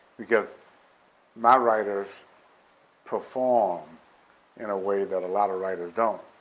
because my writers perform in a way that a lot of writers don't.